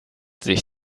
sich